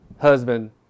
husband